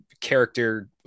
character